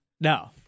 No